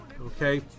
okay